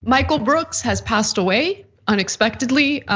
michael brooks has passed away unexpectedly.